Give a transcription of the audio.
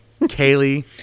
Kaylee